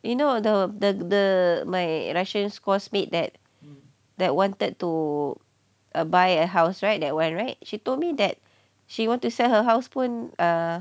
you know the the the my russian course mate that that wanted to uh buy a house right that one right she told me that she wanted to sell her house pun err